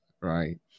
right